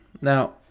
now